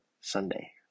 Sunday